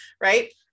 right